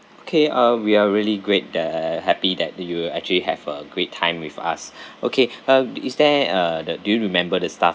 okay ah we are really great that happy that that you were actually have a great time with us okay uh is there uh the do you remember the staff